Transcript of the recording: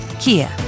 Kia